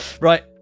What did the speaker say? Right